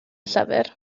llyfr